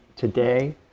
today